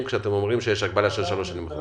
כשאתם אומרים שיש הגבלה של שלוש שנים.